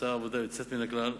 עושה עבודה יוצאת מן הכלל.